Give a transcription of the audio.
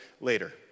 later